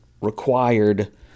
required